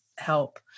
help